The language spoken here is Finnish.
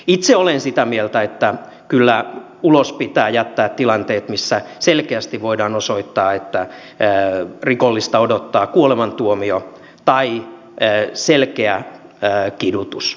itse olen sitä mieltä että kyllä ulos pitää jättää tilanteet missä selkeästi voidaan osoittaa että rikollista odottaa kuolemantuomio tai selkeä kidutus